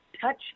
touch